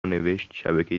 نوشتشبکه